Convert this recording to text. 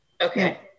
Okay